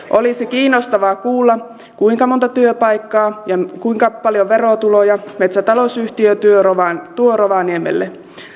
olisi kiinnostavaa kuulla kuinka monta työpaikkaa ja kuinka paljon verotuloja metsätalousyhtiö tuo rovaniemelle